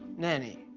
nanny,